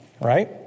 right